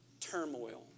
turmoil